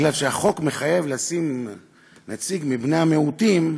מכיוון שהחוק מחייב לשים נציג מבני המיעוטים,